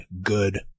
good